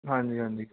ਹਾਂਜੀ ਹਾਂਜੀ